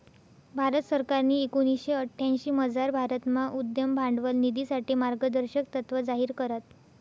भारत सरकारनी एकोणीशे अठ्यांशीमझार भारतमा उद्यम भांडवल निधीसाठे मार्गदर्शक तत्त्व जाहीर करात